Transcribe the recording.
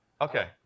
Okay